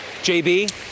JB